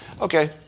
Okay